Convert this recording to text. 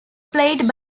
played